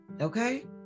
Okay